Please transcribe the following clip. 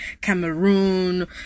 Cameroon